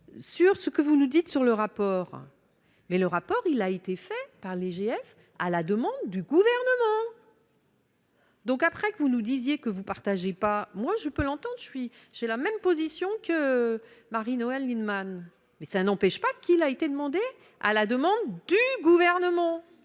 sur ce que vous nous dites sur le rapport, mais le rapport, il a été fait par l'IGF à la demande du. Donc après que vous nous disiez que vous partagez pas, moi, je peux l'entente lui j'ai la même position que Marie-Noëlle Lienemann mais ça n'empêche pas qu'il a été demandé à la demande du gouvernement